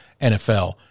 NFL